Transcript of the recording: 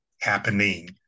happening